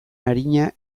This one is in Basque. arina